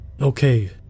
Okay